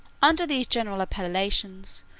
under these general appellations,